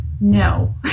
No